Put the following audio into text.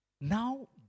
Now